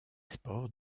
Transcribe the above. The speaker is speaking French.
sports